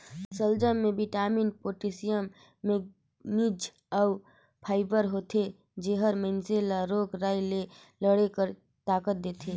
सलजम में vitamin, potassium, manganese अउ फाइबर होथे जेहर मइनसे ल रोग राई ले लड़े कर ताकत देथे